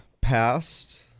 passed